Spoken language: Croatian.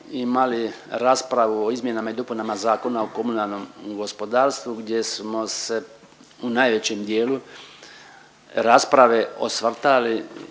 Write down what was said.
imali raspravu o izmjenama i dopunama Zakona o komunalnom gospodarstvu gdje smo se u najvećem dijelu rasprave osvrtali